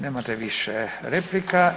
Nemate više replika.